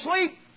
sleep